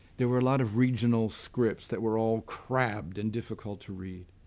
there were a lot of regional scripts that were all crammed and difficult to read.